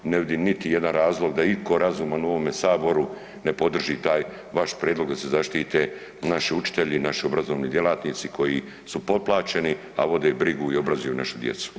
Ne vidim niti jedan razlog da itko razuman u ovome Saboru ne podržati taj vaš prijedlog da se zaštite naši učitelji, naši obrazovni djelatnici koji su potplaćeni a vode brigu i obrazuju našu djecu.